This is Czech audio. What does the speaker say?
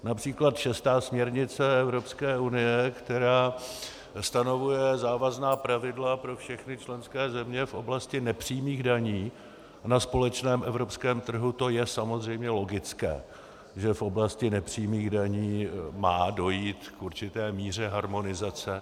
Například šestá směrnice Evropské unie, která stanovuje závazná pravidla pro všechny členské země v oblasti nepřímých daní na společném evropském trhu to je samozřejmě logické, že v oblasti nepřímých daní má dojít k určité míře harmonizace.